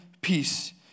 peace